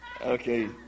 Okay